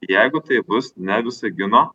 jeigu tai bus ne visagino